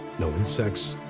no insects,